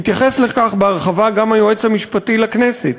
התייחס לכך בהרחבה גם היועץ המשפטי לכנסת